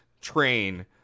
train